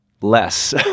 less